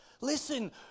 Listen